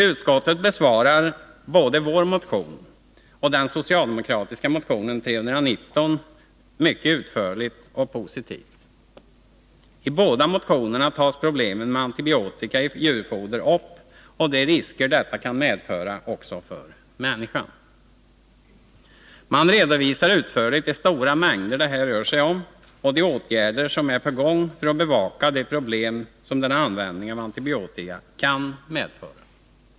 Utskottet besvarar både vår motion och den socialdemokratiska motionen nr 319 mycket utförligt och positivt. I båda motionerna tas problemen med antibiotika i djurfoder upp och de risker detta kan medföra också för människan. Man redovisar utförligt de stora mängder det här rör sig om och de åtgärder som vidtas för att bevaka de problem som denna användning av antibiotika kan medföra.